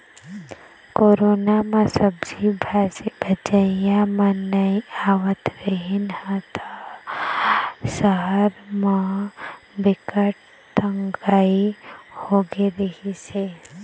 corona म सब्जी भाजी बेचइया मन नइ आवत रिहिस ह त सहर म बिकट तंगई होगे रिहिस हे